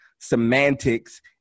semantics